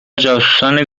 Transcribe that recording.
جاسوسان